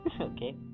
okay